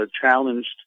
challenged